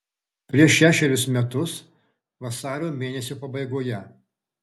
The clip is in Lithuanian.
prieš šešerius metus vasario mėnesio pabaigoje